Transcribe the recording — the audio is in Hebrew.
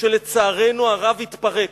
שלצערנו הרב התפרק.